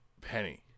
penny